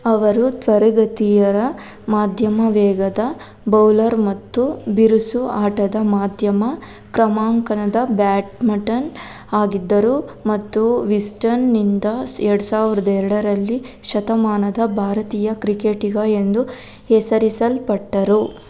ಅವರು ತ್ವರಿತ ಗತಿಯ ಮಧ್ಯಮ ವೇಗದ ಬೌಲರ್ ಮತ್ತು ಬಿರುಸು ಆಟದ ಮಧ್ಯಮ ಕ್ರಮಾಂಕದ ಬ್ಯಾಟ್ಮನ್ ಆಗಿದ್ದರು ಮತ್ತು ವಿಸ್ಟನ್ನಿಂದ ಎರ್ಡು ಸಾವ್ರ್ದ ಎರಡರಲ್ಲಿ ಶತಮಾನದ ಭಾರತೀಯ ಕ್ರಿಕೆಟಿಗ ಎಂದು ಹೆಸರಿಸಲ್ಪಟ್ಟರು